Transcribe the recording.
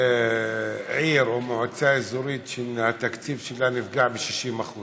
עיר או מועצה אזורית שהתקציב שלה נפגע ב-60%